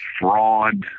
fraud